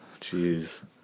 Jeez